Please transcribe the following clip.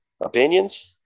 opinions